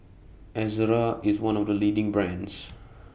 Ezerra IS one of The leading brands